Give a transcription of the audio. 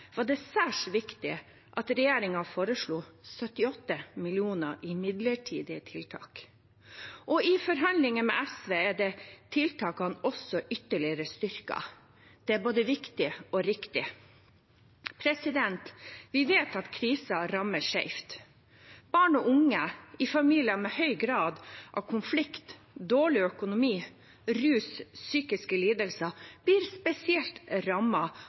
var det særs viktig at regjeringen foreslo 78 mill. kr i midlertidige tiltak, og i forhandlinger med SV er tiltakene også ytterligere styrket. Det er både viktig og riktig. Vi vet at krisen rammer skjevt. Barn og unge i familier med høy grad av konflikt, dårlig økonomi, rus eller psykiske lidelser blir spesielt